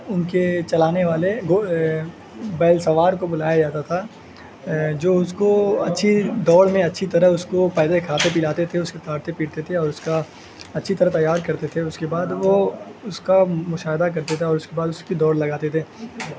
ان کے چلانے والے بیل سوار کو بلایا جاتا تھا جو اس کو اچھی دوڑ میں اچھی طرح اس کو پہلے کھاتے پلاتے تھے اس کے کھاتے پیتے تھے اور اس کا اچھی طرح تیار کرتے تھے اس کے بعد وہ اس کا مشاہدہ کرتے تھے اور اس کے بعد اس کی دوڑ لگاتے تھے